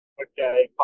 okay